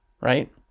Right